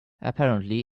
apparently